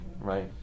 right